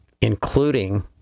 including